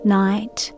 night